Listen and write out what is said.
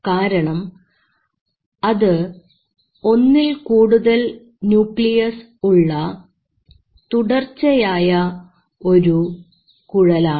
കാരണം അത് ഒന്നിൽ കൂടുതൽ ന്യൂക്ലിയസ് ഉള്ള തുടർച്ചയായ ഒരു കുഴലാണ്